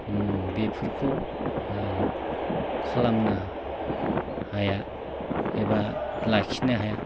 बेफोरखौ खालामनो हाया एबा लाखिनो हाया